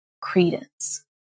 credence